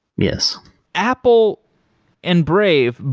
yes apple and brave,